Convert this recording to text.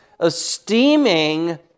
esteeming